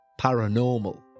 Paranormal